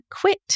quit